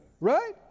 right